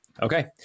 Okay